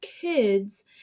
kids